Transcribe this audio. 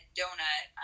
donut